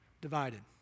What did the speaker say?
divided